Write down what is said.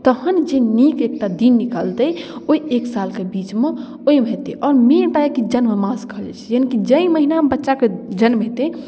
तहन जे नीक एकटा दिन निकलतै ओइ एक सालके बीचमे ओइमे हेतै आओर नियम पाइके जन्म मास कहल जाइ छै यानि कि जै महीनामे बच्चाके जन्म हेतै